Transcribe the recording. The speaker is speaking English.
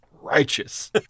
Righteous